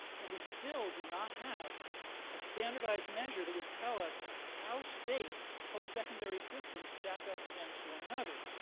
and we still do not have a standardized measure that would tell us how state post-secondary systems stack up against one another.